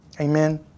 Amen